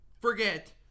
forget